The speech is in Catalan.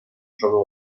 sobre